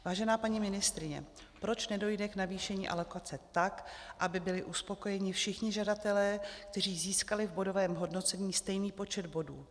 Vážená paní ministryně, proč nedojde k navýšení alokace tak, aby byli uspokojeni všichni žadatelé, kteří získali v bodovém hodnocení stejný počet bodů?